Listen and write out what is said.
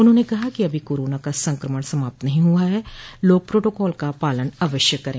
उन्होंने कहा कि अभी कोरोना का संकमण समाप्त नहीं हुआ है लोग प्रोटोकॉल का पालन अवश्य करें